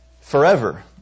Forever